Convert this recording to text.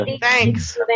Thanks